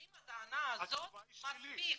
אם הטענה הזאת מספיקה?